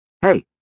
Hey